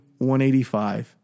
185